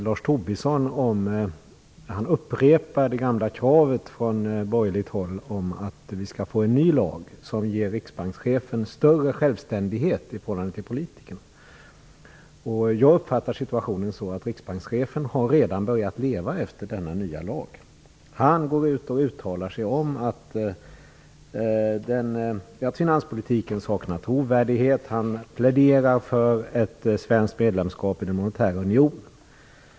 Lars Tobisson det gamla kravet från borgerligt håll om att vi skall få en ny lag som ger riksbankschefen större självständighet i förhållande till politikerna. Jag uppfattar situationen som att riksbankschefen redan har börjat leva efter denna nya lag. Han går ut och uttalar sig om att finanspolitiken saknar trovärdighet, och han pläderar för ett svenskt medlemskap i den monetära unionen.